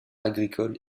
agricole